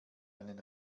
einen